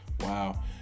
Wow